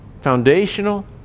foundational